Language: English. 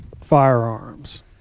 firearms